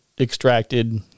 extracted